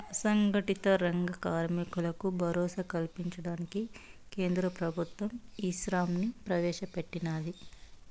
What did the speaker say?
అసంగటిత రంగ కార్మికులకు భరోసా కల్పించడానికి కేంద్ర ప్రభుత్వం ఈశ్రమ్ ని ప్రవేశ పెట్టినాది